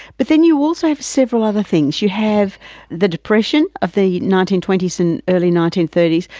but then you also have several other things, you have the depression of the nineteen twenty s and early nineteen thirty s,